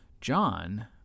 John